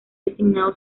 designado